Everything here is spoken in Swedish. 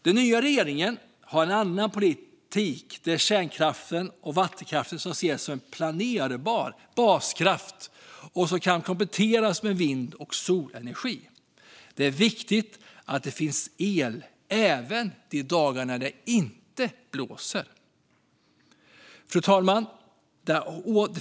Den nya regeringen har en annan politik, där kärnkraft och vattenkraft ses som planerbar baskraft som kan kompletteras med vind och solenergi. Det är viktigt att det finns el även de dagar när det inte blåser. Fru talman!